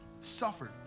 Suffered